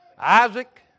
Isaac